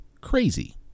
crazy